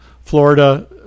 Florida